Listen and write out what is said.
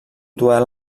duel